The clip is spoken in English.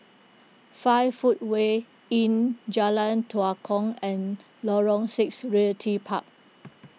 five Footway Inn Jalan Tua Kong and Lorong six Realty Park